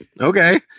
Okay